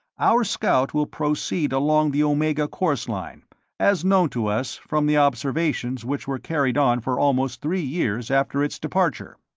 our scout will proceed along the omega course line as known to us from the observations which were carried on for almost three years after its departure.